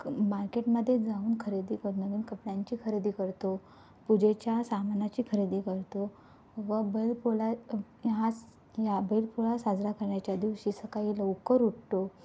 मार्केट्मध्ये जाऊन खरेदी कर नवीन कपड्यांची खरेदी करतो पूजेच्या सामानाची खरेदी करतो व बैलपोळा हास ह्या बैलपोळा साजरा करण्याच्या दिवशी सकाळी लवकर उठतो